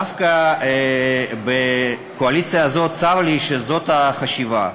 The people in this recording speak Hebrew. דווקא בקואליציה הזאת, צר לי שזאת החשיבה.